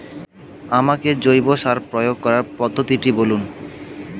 আমাকে জৈব সার প্রয়োগ করার পদ্ধতিটি বলুন?